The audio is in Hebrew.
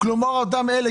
כלומר אותם אלה,